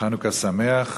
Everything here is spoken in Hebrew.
חנוכה שמח.